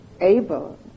able